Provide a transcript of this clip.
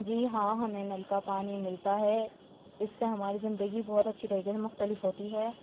جی ہاں ہمیں نل کا پانی ملتا ہے اس سے ہماری زندگی بہت اچھی طریقے سے مختلف ہوتی ہے